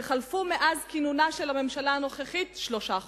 אני אומר גם שמאז כינונה של הממשלה הנוכחית חלפו שלושה חודשים.